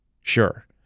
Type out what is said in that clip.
sure